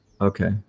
Okay